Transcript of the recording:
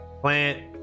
Plant